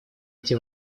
эти